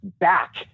back